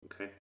Okay